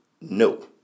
no